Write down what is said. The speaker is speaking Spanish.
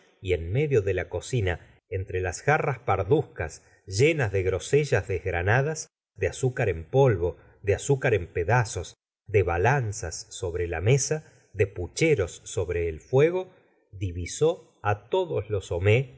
y en medio de la cocina entre las jarras parduzcas llenas de grosellas desgranadas de azúcar en polvo de azúcar en pedazos de balanzas sobre la mesa de pucheros sobre el fuego divisó á todos los homais